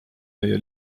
meie